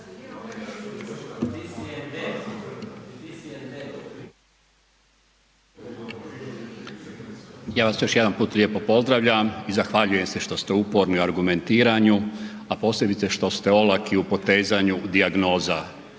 Ja vas još jedan put lijepo pozdravljam i zahvaljujem se što ste uporni u argumentiranju a posebice što ste olaki u potezanju dijagnoza.